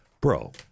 Bro